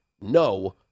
no